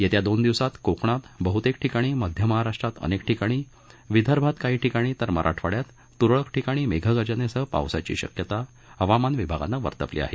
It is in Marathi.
येत्या दोन दिवसांत कोकणात बह्तेक ठिकाणी मध्य महाराष्ट्रात अनेक ठिकाणी विदर्भात काही ठिकाणी तर मराठवाङ्यात तुरळक ठिकाणी मेघ गर्जनेसह पावसाची शक्यता हवामान विभागानं वर्तवली आहे